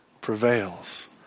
prevails